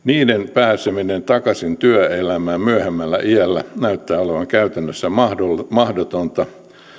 pääseminen takaisin työelämään myöhemmällä iällä näyttää olevan käytännössä mahdotonta